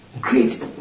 great